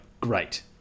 Great